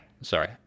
sorry